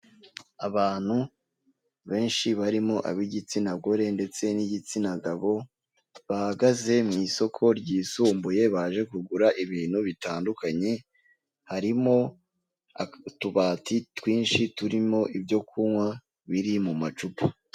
Abantu benshi barimo ab'igitsina gore ndetse n'igitsina gabo, bahagaze mu isoko ryisumbuye baje kugura ibintu bitandukanye, harimo utubati twinshi turimo ibyo kunywa biri mu macupa.